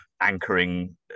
anchoring